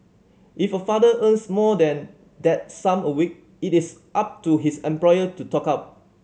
if a father earns more than that sum a week it is up to his employer to top up